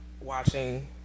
watching